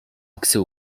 accès